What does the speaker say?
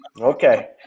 Okay